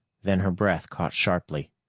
then her breath caught sharply.